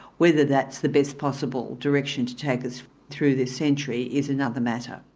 whether that's the best possible direction to take us through the century is another matter.